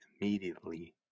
immediately